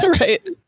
Right